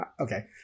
Okay